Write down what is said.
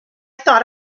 thought